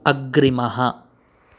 अग्रिमः